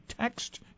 text